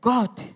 God